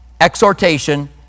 exhortation